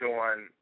on